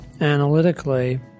analytically